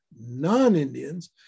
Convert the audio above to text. non-Indians